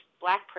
black